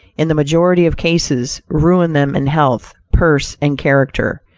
in the majority of cases, ruin them in health, purse and character.